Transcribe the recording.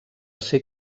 ser